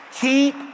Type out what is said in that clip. Keep